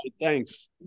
Thanks